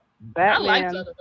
Batman